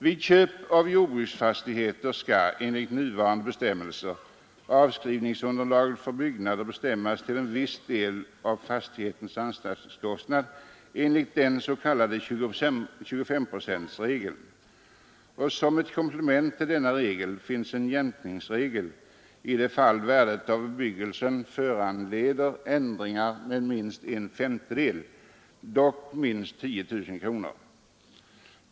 Vid köp av jordbruksfastighet skall enligt nuvarande bestämmelser avskrivningsunderlaget för byggnader bestämmas till viss del av fastighetens anskaffningskostnad enligt den s.k. 2S-procentsregeln. Som ett komplement till denna regel finns en jämkningsregel i det fall värdet av bebyggelsen föranleder ändring med minst en femtedel, dock minst 10 000 kronor.